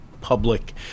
public